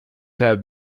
have